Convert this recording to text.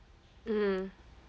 mm